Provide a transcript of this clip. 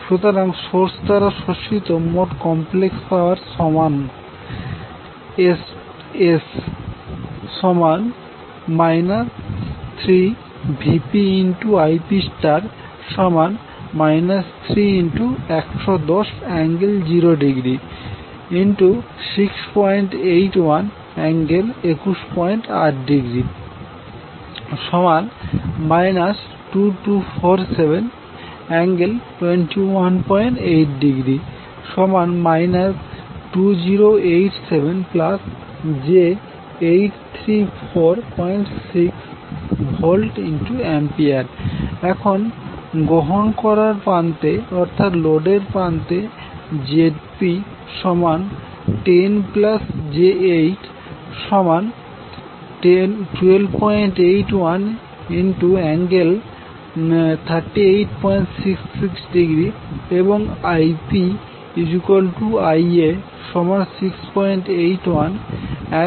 সুতরাং সোর্স দ্বারা শোষিত মোট কমপ্লেক্স পাওয়ার সমান Ss 3VpIp 3110∠0°681∠218° 2247∠218° 2087j8346VA এখন গ্রহণ করার প্রান্তে অর্থাৎ লোডের প্রান্তে Zp10j81281∠3866°এবং IpIa681∠ 218°